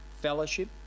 fellowship